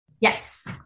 Yes